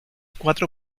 cuatro